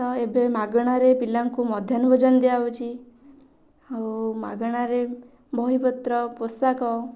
ତ ଏବେ ମାଗଣାରେ ପିଲାଙ୍କୁ ମଧ୍ୟାହ୍ନ ଭୋଜନ ଦିଆହେଉଛି ଆଉ ମାଗଣାରେ ବହିପତ୍ର ପୋଷାକ